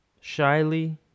Shyly